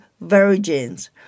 virgins